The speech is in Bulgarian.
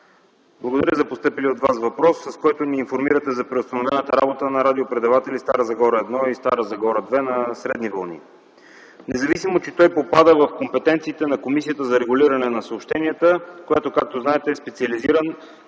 Благодаря за постъпилия от вас въпрос, с който ни информирате за преустановената работа на радиопредаватели „Стара Загора 1” и „Стара Загора 2” на средни вълни, независимо че той попада в компетенциите на Комисията за регулиране на съобщенията, която, както знаете, е специализиран